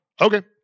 Okay